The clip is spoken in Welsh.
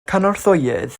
cynorthwyydd